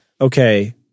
Okay